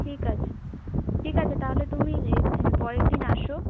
ঠিক আছে ঠিক আছে তাহলে তুমি পরের দিন আসো